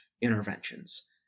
interventions